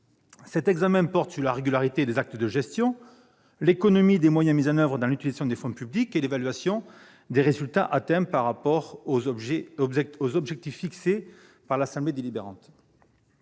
L'examen porte sur la régularité des actes de gestion, l'économie des moyens mis en oeuvre dans l'utilisation des fonds publics et l'évaluation des résultats atteints par rapport aux objectifs fixés par l'assemblée délibérante.